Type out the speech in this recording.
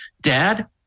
Dad